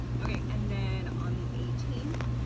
ok, and then on the eighteenth,